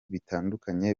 bitandukanye